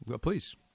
please